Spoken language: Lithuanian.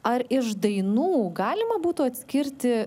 ar iš dainų galima būtų atskirti